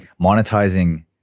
monetizing